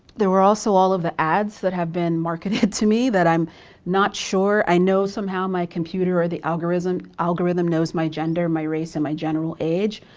there were also all of the ads that have been marketed to me that i'm not sure i know somehow my computer or the algorithm algorithm knows my gender, my race and my general age.